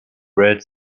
breed